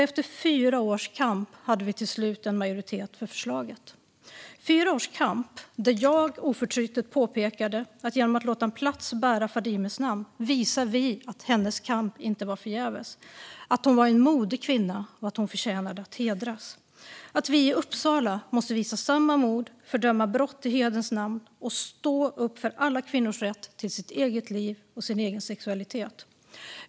Efter fyra års kamp hade vi till slut en majoritet för förslaget, fyra års kamp där jag oförtrutet påpekade att vi genom att låta en plats bära Fadimes namn visar att hennes kamp inte var förgäves, att hon var en modig kvinna, att hon förtjänar att hedras och att vi i Uppsala måste visa samma mod, fördöma brott som begås i hederns namn och stå upp för alla kvinnors rätt till sitt eget liv och sin egen sexualitet.